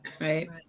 Right